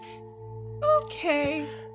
Okay